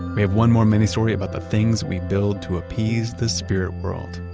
have one more mini-story about the things we build to appease the spirit world.